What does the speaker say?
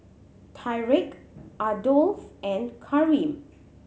Tyrek Adolph and Karim